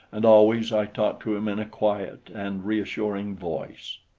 and always i talked to him in a quiet and reassuring voice.